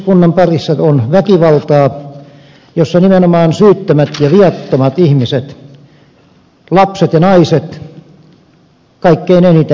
ihmiskunnan parissa on väkivaltaa jossa nimenomaan syyttömät ja viattomat ihmiset lapset ja naiset kaikkein eniten kärsivät